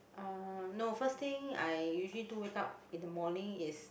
uh no first thing I usually do wake up in the morning is